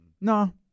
No